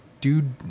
dude